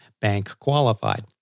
bank-qualified